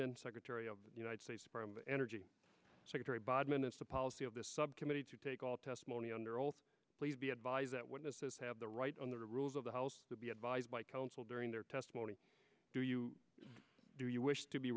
bodman secretary of the united states energy secretary bodman it's the policy of this subcommittee to take all testimony under oath please be advised that witnesses have the right on the rules of the house to be advised by counsel during their testimony do you do you wish to be